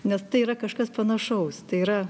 nes tai yra kažkas panašaus tai yra